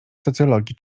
socjologii